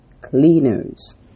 cleaners